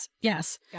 Yes